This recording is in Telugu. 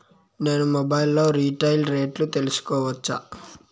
నేను మొబైల్ లో రీటైల్ రేట్లు తెలుసుకోవచ్చా?